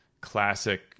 classic